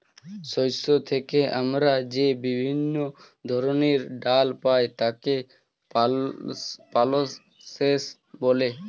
শস্য থেকে আমরা যে বিভিন্ন ধরনের ডাল পাই তাকে পালসেস বলে